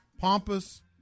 Pompous